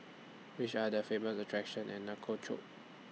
Which Are The Famous attractions in Nouakchott